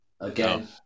again